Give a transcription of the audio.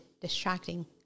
distracting